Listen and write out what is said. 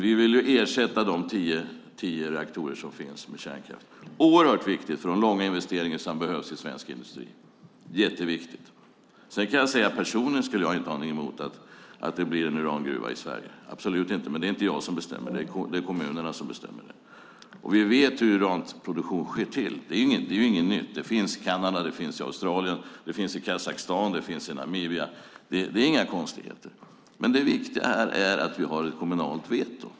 Vi vill ersätta de tio reaktorer som finns med kärnkraft. Det är oerhört viktigt för de långa investeringstider som behövs i svensk industri. Personligen har jag inget emot att det blir en urangruva i Sverige, men det är inte jag som bestämmer utan det är kommunerna som bestämmer. Vi vet hur uranproduktion går till. Det är inget nytt. Det finns i Kanada, Australien, Kazakstan och Namibia. Det är inga konstigheter. Det viktiga här är att vi har ett kommunalt veto.